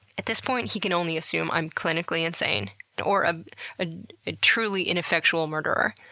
at this point, he can only assume i'm clinically insane or ah ah a truly ineffectual murderer.